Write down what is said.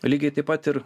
lygiai taip pat ir